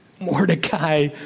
Mordecai